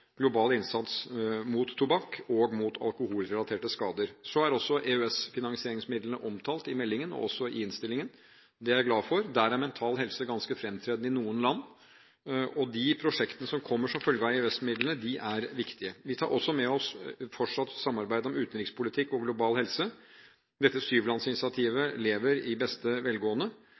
global innsats mot tobakk og mot alkoholrelaterte skader. Så er også EØS-finansieringsmidlene omtalt i meldingen, og også i innstillingen, og det er jeg glad for. Der er mental helse ganske fremtredende i noen land. De prosjektene som kommer som følge av EØS-midlene, er viktige. Vi tar også med oss fortsatt samarbeid om utenrikspolitikk og global helse. Dette syvlandsinitiativet lever i beste velgående,